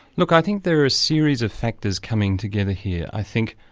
look i think there are a series of factors coming together here. i think,